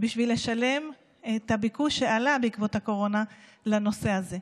בשביל לשלם את הביקוש שעלה בעקבות הקורונה לנושא הזה.